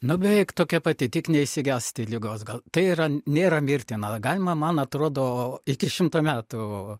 nu beveik tokia pati tik neišsigąsti ligos gal tai yra nėra mirtina galima man atrodo iki šimto metų